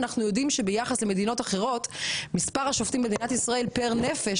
אנחנו יודעים שביחס למדינות אחרות מספר השופטים במדינת ישראל פר נפש,